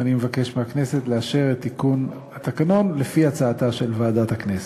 ואני מבקש מהכנסת לאשר את תיקון התקנון לפי הצעתה של ועדת הכנסת.